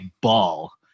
ball